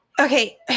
Okay